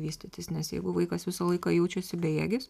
vystytis nes jeigu vaikas visą laiką jaučiasi bejėgis